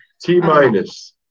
T-minus